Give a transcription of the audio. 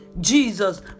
Jesus